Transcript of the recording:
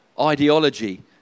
ideology